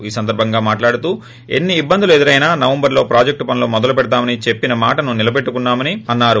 ఈ సందర్భంగా మాట్లాడుతూ ఎన్ని ఇట్బందులు ఎదురైనా నవంబర్లో ప్రాజెక్ట్ పనులు మొదలుపెడతామని చెప్పిన మాటలను తాము నిలటెట్టుకున్నా మని అన్నారు